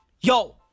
yo